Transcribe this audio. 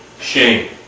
shame